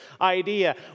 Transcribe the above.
idea